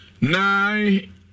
Nine